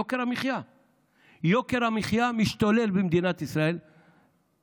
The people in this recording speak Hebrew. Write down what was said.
יוקר המחיה משתולל במדינת ישראל,